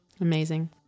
Amazing